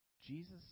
Jesus